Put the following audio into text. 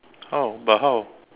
how but how